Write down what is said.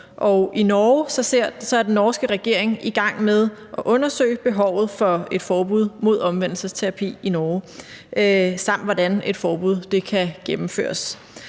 i Norge er den norske regering i gang med at undersøge dels behovet for et forbud mod omvendelsesterapi i Norge, dels hvordan et forbud kan gennemføres.